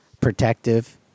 protective